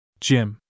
Jim